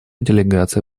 делегация